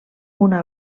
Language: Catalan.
una